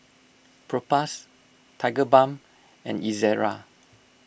Propass Tigerbalm and Ezerra